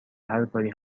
هرکاری